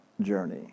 journey